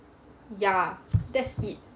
ya that's it